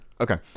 Okay